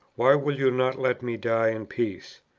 why will you not let me die in peace?